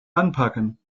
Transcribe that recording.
anpacken